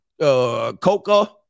coca